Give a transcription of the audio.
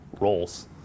roles